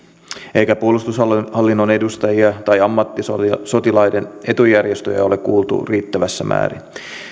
eikä puolustushallinnon edustajia tai ammattisotilaiden etujärjestöjä ole kuultu riittävässä määrin